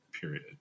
period